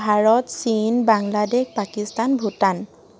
ভাৰত চীন বাংলাদেশ পাকিস্তান ভূটান